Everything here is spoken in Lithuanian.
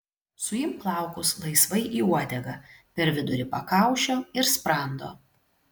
suimk plaukus laisvai į uodegą per vidurį pakaušio ir sprando